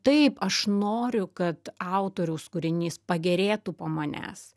taip aš noriu kad autoriaus kūrinys pagerėtų po manęs